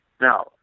Now